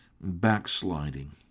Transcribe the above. backsliding